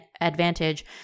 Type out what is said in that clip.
advantage